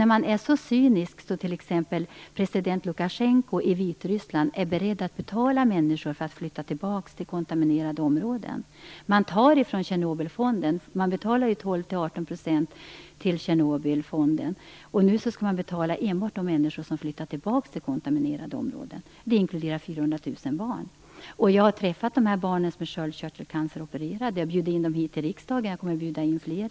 Att man kan vara så cynisk som t.ex. president Lukashenko i Vitryssland, som är beredd att betala människor för att flytta tillbaka till kontaminerade områden! Man tar ifrån Tjernobylfonden, till vilken man betalar 12-18 %, och ger till enbart de människor som flyttar tillbaka till kontaminerade områden. Dessa människor inkluderar 400 000 barn. Jag har träffat några av de barn som är sköldkörtelcanceropererade. Jag bjöd in dem hit till riksdagen, och jag kommer att bjuda in fler.